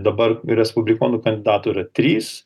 dabar respublikonų kandidatų yra trys